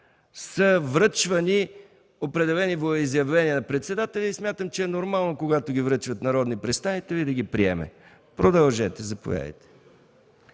…са връчвани определени волеизявления на председателя и смятам, че е нормално, когато ги връчват народни представители, да ги приеме. Продължете – заповядайте.